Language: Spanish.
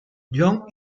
john